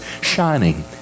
shining